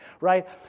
right